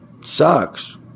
Sucks